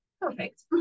perfect